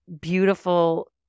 beautiful